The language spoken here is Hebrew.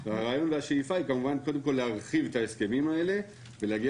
השאיפה היא כמובן קודם כל להרחיב את ההסכמים האלה ולהגיע